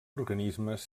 organismes